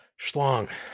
Schlong